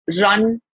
run